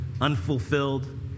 unfulfilled